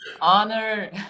Honor